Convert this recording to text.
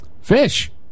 Fish